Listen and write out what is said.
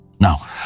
Now